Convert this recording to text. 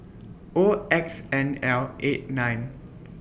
O X N L eight nine